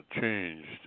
changed